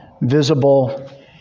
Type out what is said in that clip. visible